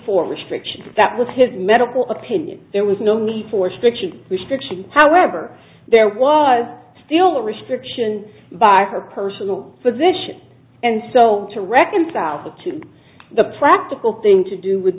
for restriction that was his medical opinion there was no need for strict restrictions however there was still no restriction by her personal physician and so to reconcile the two the practical thing to do would